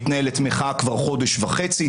מתנהלת מחאה כבר חודש וחצי.